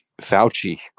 fauci